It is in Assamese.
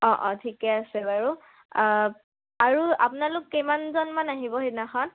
অঁ অঁ ঠিকে আছে বাৰু আৰু আপোনালোক কিমানজনমান আহিব সেইদিনাখন